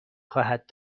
خواهد